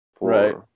Right